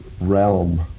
realm